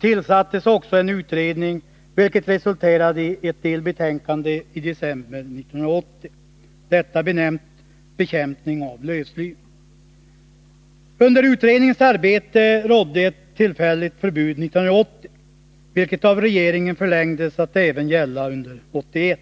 tillsattes en utredning. Denna avgav ett delbetänkande i december 1980, benämnt Bekämpning av lövsly. Under utredningens arbete rådde ett tillfälligt förbud 1980, vilket av regeringen förlängdes att gälla även under 1981.